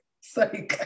Sorry